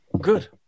Good